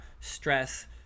stress